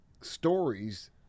stories